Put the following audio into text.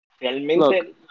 Realmente